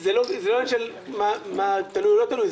זה לא עניין של תלוי או לא תלוי,